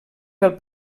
pel